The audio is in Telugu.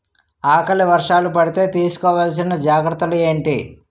ఆకలి వర్షాలు పడితే తీస్కో వలసిన జాగ్రత్తలు ఏంటి?